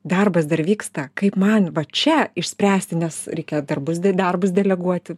darbas dar vyksta kaip man va čia išspręsti nes reikia darbus darbus deleguoti